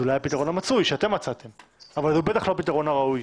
זה אולי הפתרון המצוי שאתם מצאתם אבל זה בטח לא הפתרון הראוי.